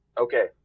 okay